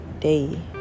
day